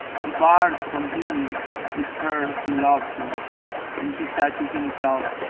debarred from union with her who loved him and he said to himself,